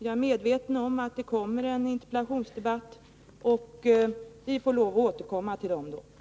Jag är medveten om att det kommer en interpellationsdebatt, och vi får lov att återkomma till de andra frågorna då.